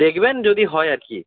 দেখবেন যদি হয় আর কী